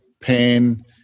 pain